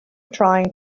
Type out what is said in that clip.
trying